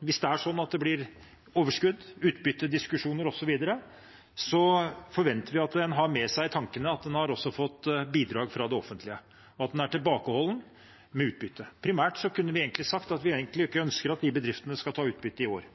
Hvis det blir overskudd, utbyttediskusjoner osv., så forventer vi at en også har i tankene at en har fått bidrag fra det offentlige, og at en er tilbakeholden med utbytte. Vi kunne sagt at vi primært egentlig ikke ønsker at de bedriftene skal ta utbytte i år,